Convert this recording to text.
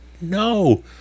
no